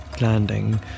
landing